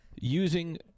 using